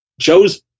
Joe's